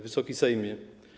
Wysoki Sejmie!